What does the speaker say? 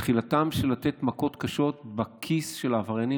התחלה של לתת מכות קשות בכיס של העבריינים,